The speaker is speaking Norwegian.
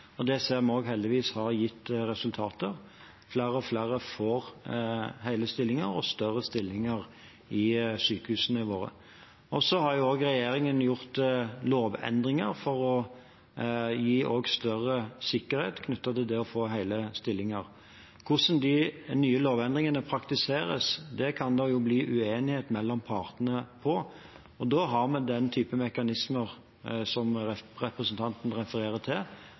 Det ser vi også heldigvis at har gitt resultater. Flere og flere får hele stillinger og større stillinger i sykehusene våre. Så har regjeringen også gjort lovendringer for å gi større sikkerhet knyttet til det å få hele stillinger. Hvordan de nye lovendringene praktiseres, kan det bli uenighet om mellom partene, og da har vi den typen mekanismer som representanten refererer til,